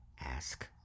ask